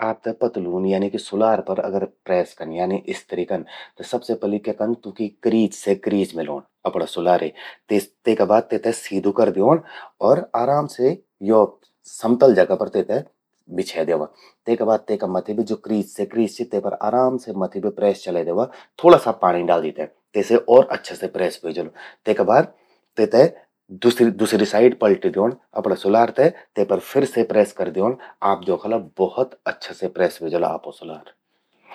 आपते पतलून यानी कि सुलार पर प्रेस कन, यानी कि इस्त्री कन्न, त सबसे पलि क्या कन, तूंकि क्रीज से क्रीज मिलौंण अपणा सुलारे। तेका बाद तेते सीधू करि द्योंण अर तेका बाद आराम से तेते यो समतल जगा पर बिछौ द्यवा। तेका बाद तेका मथि बे ज्वो क्रीज से क्रीज चि, ते पर आराम से मथि बे प्रेस चलै द्यवा। थोड़ा सा पाणि डाली ते, तेसे और अच्छा से प्रेस ह्ववे जलु। तेका बाद तेते दुसरी साइड पल्टि द्योंण, सुलार ते। ते पर फिर से प्रेस करि द्योंण। आप द्योखला भौत अच्छा से प्रेस व्हे जलु आपो सुलार।